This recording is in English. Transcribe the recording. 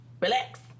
Relax